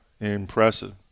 Impressive